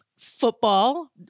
football